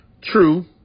true